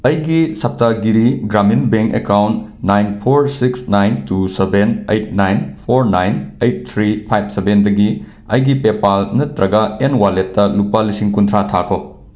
ꯑꯩꯒꯤ Saptagiri Grameen bank account nine four six nine two seven eight nine four nine eight three five ꯁꯕꯦꯟꯗꯒꯤ ꯑꯩꯒꯤ PayPal ꯅꯠꯇ꯭ꯔꯒ ꯑꯦꯟ ꯋꯥꯂꯦꯠꯇ ꯂꯨꯄꯥ ꯂꯤꯁꯤꯡ ꯀꯨꯟꯊ꯭ꯔꯥ ꯊꯥꯈꯣ